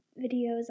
videos